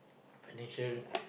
financial